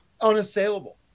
unassailable